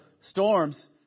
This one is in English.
storms